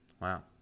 Wow